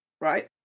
right